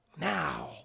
now